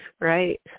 Right